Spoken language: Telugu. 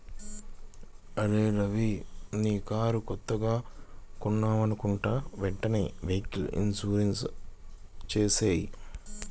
అరేయ్ రవీ నీ కారు కొత్తగా కొన్నావనుకుంటా వెంటనే వెహికల్ ఇన్సూరెన్సు చేసేయ్